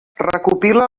recopila